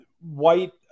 white